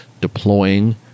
deploying